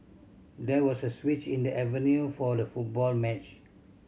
there was a switch in the venue for the football match